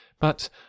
but